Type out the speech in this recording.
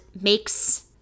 makes